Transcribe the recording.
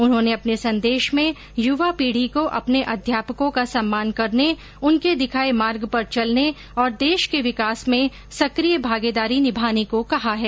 उन्होंने अपने संदेश में युवा पीढ़ी को अपने अध्यापकों का सम्मान करने उनके दिखाये मार्ग पर चलने और देश के विकास में सक्रिय भागीदारी निभाने को कहा है